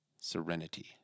serenity